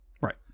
Right